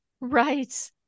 right